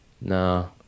No